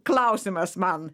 klausimas man